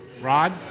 Rod